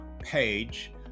page